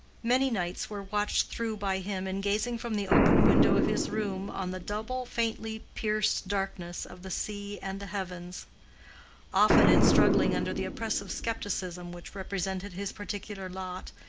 many nights were watched through by him in gazing from the open window of his room on the double, faintly pierced darkness of the sea and the heavens often in struggling under the oppressive skepticism which represented his particular lot,